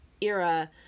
era